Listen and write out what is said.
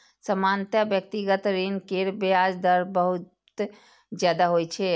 सामान्यतः व्यक्तिगत ऋण केर ब्याज दर बहुत ज्यादा होइ छै